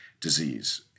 disease